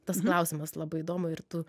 tas klausimas labai įdomu ir tų